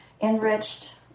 enriched